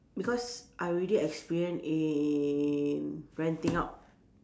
because I already experienced in renting out